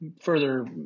further